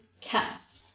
cast